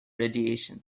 radiation